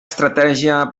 estratègia